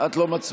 את לא מצביעה.